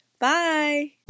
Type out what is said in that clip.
Bye